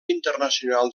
internacional